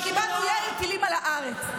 וקיבלנו ירי טילים לכיוון הארץ.